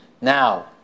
Now